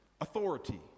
authority